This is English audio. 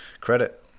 credit